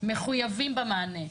מחויבים במענה.